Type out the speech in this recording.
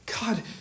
God